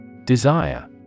Desire